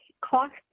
cost